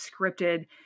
scripted